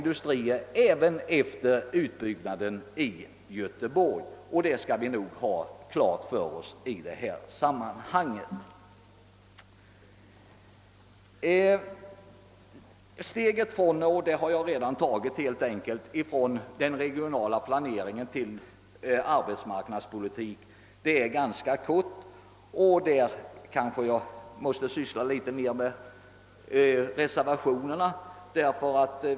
Det gäller för Volvos del även efter utbyggnaden i Göteborg. Jag har redan tagit steget från den regionala planeringen till arbetsmarknadspolitiken. Det är ganska kort. Där måste jag kanske syssla litet mera med reservationerna.